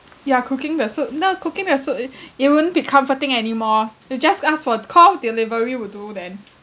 you are cooking the soup no cooking the soup it it won't be comforting anymore you just ask for call delivery would do then